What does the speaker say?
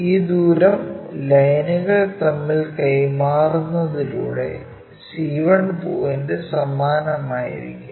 ഈ ദൂരം ലൈനുകൾ തമ്മിൽ കൈമാറുന്നതിലുടെ c1 പോയിന്റ് സമാനമായിരിക്കും